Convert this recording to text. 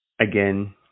again